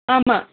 ஆமாம்